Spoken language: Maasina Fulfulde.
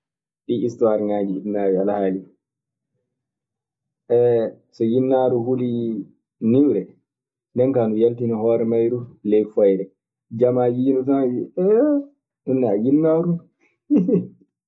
Ɗii istuwarŋaaji eɗi naawi alahaali ka. so yinnaaru hulii niwre nde kaa ndu yaltina hoore mayru ley foyre; jamaa yiindu tan wii ƴee! ɗum nee a yinnaaru?